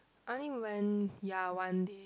only when ya one day